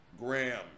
Graham